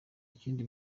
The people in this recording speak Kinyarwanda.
ikindi